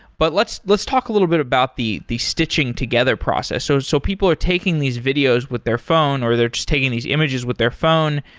but let's let's talk a little bit about the the stitching together process. so so people are taking these videos with their phone or they're just taking these images with their phone,